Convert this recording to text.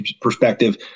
perspective